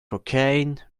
cocaine